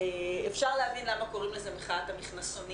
אפשר להבין למה קוראים לזה מחאת המכנסונים,